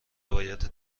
روایت